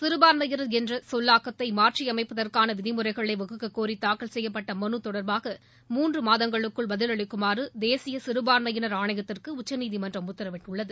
சிறபான்மையினர் என்ற சொல்லாக்கத்தை மாற்றியமைப்பதற்காள விதிமுறைகளை வகுக்கக் கோரி தாக்கல் செய்யப்பட்ட மனு தொடர்பாக மூன்று மாதங்களுக்குள் பதில் அளிக்குமாறு தேசிய சிறுபான்மையினர் ஆணையத்திற்கு உச்சநீதிமன்றம் உத்தரவிட்டுள்ளது